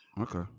Okay